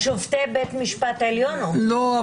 שופטי בית המשפט העליון --- לא,